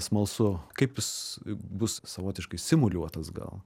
smalsu kaip jis bus savotiškai simuliuotas gal